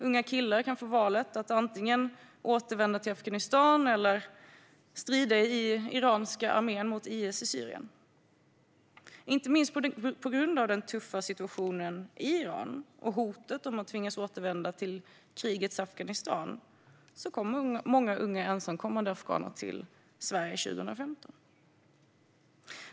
Unga killar kan få valet att antingen återvända till Afghanistan eller strida i den iranska armén mot IS i Syrien. Inte minst på grund av den tuffa situationen i Iran och hotet om att tvingas återvända till krigets Afghanistan kom många unga ensamkommande afghaner till Sverige 2015.